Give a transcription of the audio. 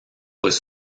was